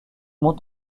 m’ont